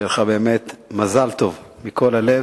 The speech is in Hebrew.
באמת מזל טוב מכל הלב,